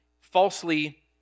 falsely